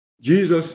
Jesus